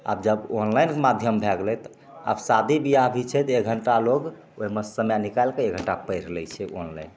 आब जब ऑनलाइन माध्यम भै गेलै आब शादी बिआह भी छै तऽ एक घण्टा लोक ओहिमे समय निकालिके एक घण्टा पढ़ि लै छै ऑनलाइन